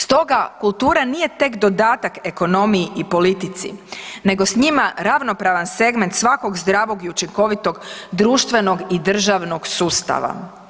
Stoga kultura nije tek dodatak ekonomiji i politici nego s njima ravnopravan segment svakog zdravog i učinkovitog društvenog i državnog sustava.